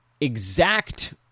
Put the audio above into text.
exact